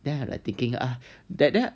then I like thinking then I